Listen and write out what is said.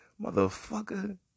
motherfucker